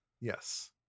Yes